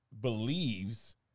believes